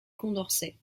condorcet